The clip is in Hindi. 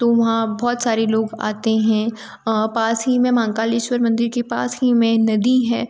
तो वहाँ बहुत सारे लोग आते हैं पास ही में महाकालेश्वर मंदिर के पास ही में नदी है